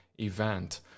event